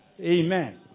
Amen